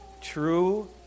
true